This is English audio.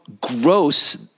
gross